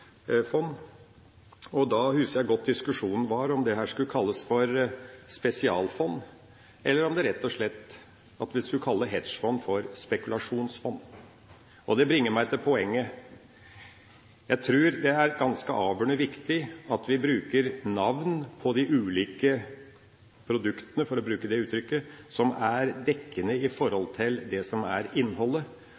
Da husker jeg godt at diskusjonen var om dette skulle kalles for «spesialfond», eller om vi rett og slett skulle kalle hedgefond for «spekulasjonsfond». Det bringer meg til poenget: Jeg tror det er ganske avgjørende viktig at vi bruker navn på de ulike produktene – for å bruke det uttrykket – som er dekkende for det som er innholdet. Dersom en i